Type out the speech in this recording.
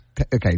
Okay